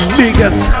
biggest